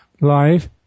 life